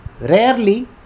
rarely